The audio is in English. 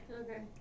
Okay